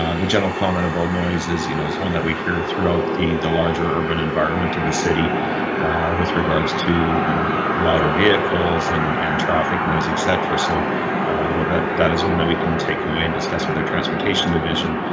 um the general comment about noises you know is one that we here throughout the the larger urban environment to the city with regards to louder vehicles and and traffic, noise, etc. so you know that that is one that we can take away and discuss with their transportation division,